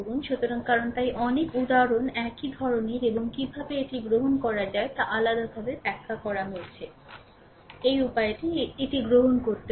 সুতরাং কারণ তাই অনেক উদাহরণ একই ধরণের এবং কীভাবে এটি গ্রহণ করা যায় তা আলাদাভাবে ব্যাখ্যা করা হয়েছে এই উপায়টি এটি গ্রহণ করতে পারে